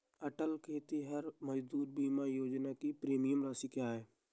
अटल खेतिहर मजदूर बीमा योजना की प्रीमियम राशि क्या है?